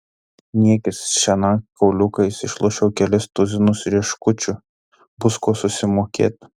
niekis šiąnakt kauliukais išlošiau kelis tuzinus rieškučių bus kuo susimokėt